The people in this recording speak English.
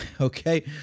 Okay